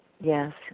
yes